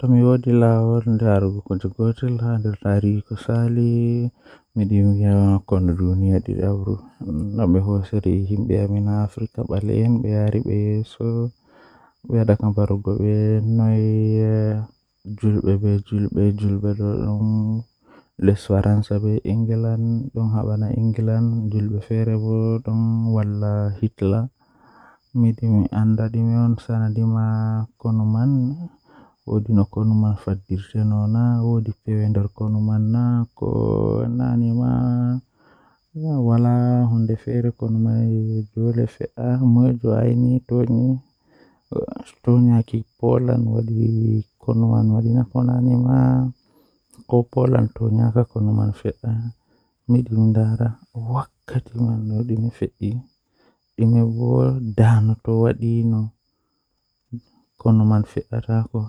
A'ah ɗokam Wala nafu masin Ɓe waɗi e nder aduna ɗon yidi jangirde e jokkuɗe ngesaɗe. Kono waɗugol limiti e coowa, ko waawete teeŋtude aduno ndun kaŋko. Maɗɗo ɗuuɗi ina waɗi geɗe e ɓernde kala waɗugol rewle, jaltinde diɗol ngesaɗe waɗi ko daaƴe ngam fayuɓe hay so.